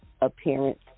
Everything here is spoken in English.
appearance